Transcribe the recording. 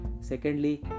Secondly